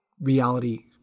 reality